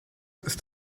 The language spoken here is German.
ist